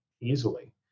easily